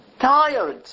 tired